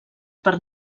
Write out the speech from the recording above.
per